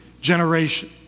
generation